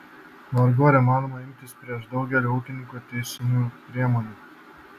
vargu ar įmanoma imtis prieš daugelį ūkininkų teisinių priemonių